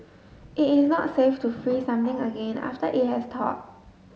it is not safe to freeze something again after it has thawed